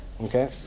okay